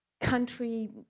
country